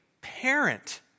parent